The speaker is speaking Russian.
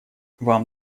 вам